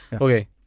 Okay